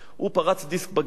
הוא פרץ דיסק בגב,